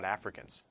Africans